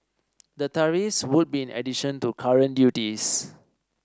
the tariffs would be in addition to current duties